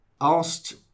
asked